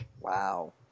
Wow